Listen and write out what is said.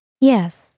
Yes